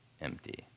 empty